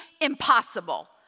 impossible